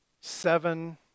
seven